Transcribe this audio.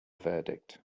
verdict